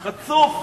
חצוף.